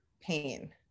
pain